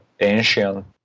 ancient